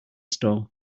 store